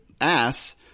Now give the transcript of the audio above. ass